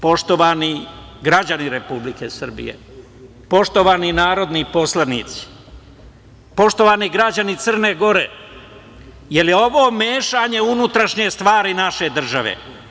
Poštovani građani Republike Srbije, poštovani narodni poslanici, poštovani građani Crne Gore, je li ovo mešanje u unutrašnje stvari naše države?